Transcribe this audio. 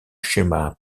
schéma